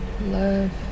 love